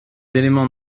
éléments